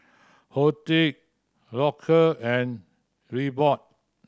Horti Loacker and Reebok